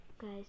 guys